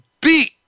beat